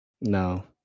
No